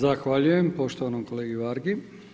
Zahvaljujem poštovanom kolegi Vargi.